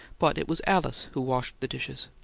but it was alice who washed the dishes.